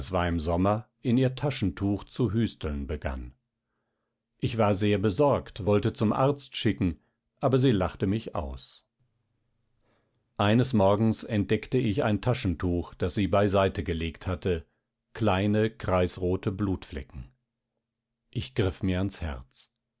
im sommer in ihr taschentuch zu hüsteln begann ich war sehr besorgt wollte zum arzt schicken aber sie lachte mich aus eines morgens entdeckte ich ein taschentuch das sie beiseitegelegt hatte kleine kreisrote blutflecken ich griff mir an herz